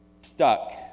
stuck